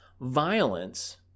Violence